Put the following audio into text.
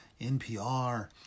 NPR